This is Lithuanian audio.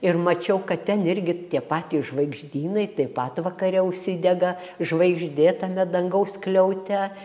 ir mačiau kad ten irgi tie patys žvaigždynai taip pat vakare užsidega žvaigždėtame dangaus skliaute